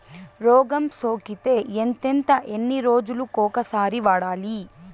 రోగం సోకితే ఎంతెంత ఎన్ని రోజులు కొక సారి వాడాలి?